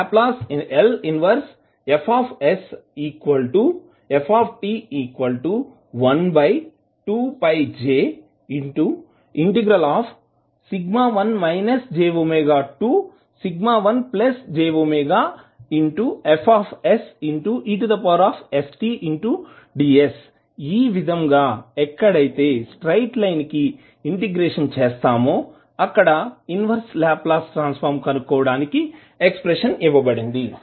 L 1Fft12πj1 j∞1j∞Festds ఈ విధంగా ఎక్కడైతే స్ట్రెయిట్ లైన్ కి ఇంటిగ్రేషన్ చేస్తామో అక్కడ ఇన్వర్స్ లాప్లాస్ ట్రాన్సఫర్మ్ కనుక్కోవడానికి ఎక్స్ప్రెషన్ ఇవ్వబడింది